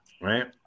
Right